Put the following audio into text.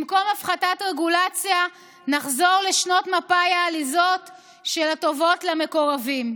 במקום הפחתת רגולציה נחזור לשנות מפא"י העליזות של הטבות למקורבים,